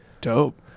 dope